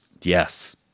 yes